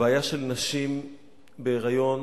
הבעיה של נשים בהיריון